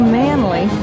manly